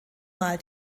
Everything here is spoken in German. mal